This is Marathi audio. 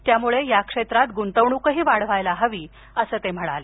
त्यामुळे या क्षेत्रात गुंतवणूकही वाढवायला हवी असं ते म्हणाले